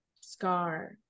scar